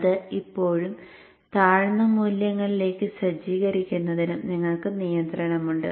അത് ഇപ്പോഴും താഴ്ന്ന മൂല്യങ്ങളിലേക്ക് സജ്ജീകരിക്കുന്നതിനും നിങ്ങൾക്ക് നിയന്ത്രണമുണ്ട്